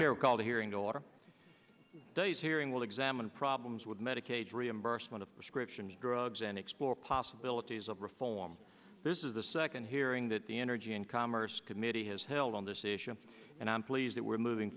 chair called a hearing daughter days hearing will examine problems with medicaid reimbursement to prescription drugs and explore possibilities of reform this is the second hearing that the energy and commerce committee has held on this issue and i'm pleased that we're moving